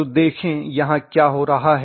तो देखें यहाँ किया हो रहा है